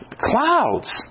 Clouds